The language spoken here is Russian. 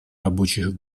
рабочих